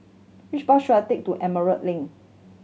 which bus should I take to Emerald Link